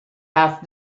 asked